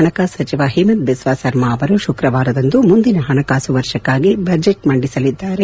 ಹಣಕಾಸು ಸಚಿವ ಹಿಮಂತ ಬಿಸ್ನಾ ಸರ್ಮಾ ಅವರು ಶುಕ್ರವಾರದಂದು ಮುಂದಿನ ಹಣಕಾಸು ವರ್ಷಕ್ಕಾಗಿ ಬಜೆಟ್ ಮಂಡಿಸಲಿದ್ದಾರೆ